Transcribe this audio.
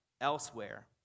elsewhere